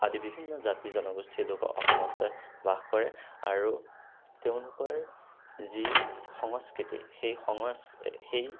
আদি বিভিন্ন জাতি জনগোষ্ঠীৰ লোক অসমতে বাস কৰে আৰু তেঁওলোকৰ যি সংস্কৃতি সেই সঙচ সেই